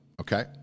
Okay